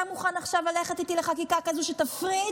אתה מוכן עכשיו ללכת איתי לחקיקה כזו, שתפריד,